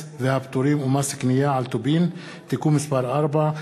והפטורים ומס קנייה על טובין (תיקון מס' 4),